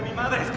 mother